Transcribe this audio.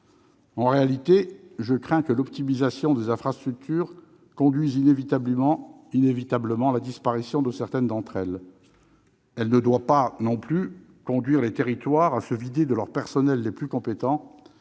En réalité, je crains que l'optimisation des infrastructures ne conduise inévitablement à la disparition de certaines d'entre elles. Elle ne doit pas non plus conduire à ce que les territoires se vident de leurs personnels les plus compétents,